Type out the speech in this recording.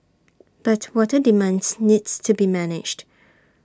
but water demands needs to be managed